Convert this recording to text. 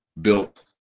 built